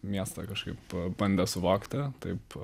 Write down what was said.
miestą kažkaip bandė suvokti taip